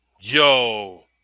Yo